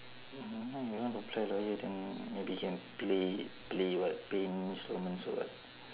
you know you know apply lawyer then maybe can play play what pay installments or what